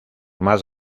más